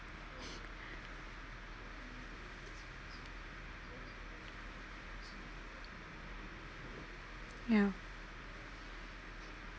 now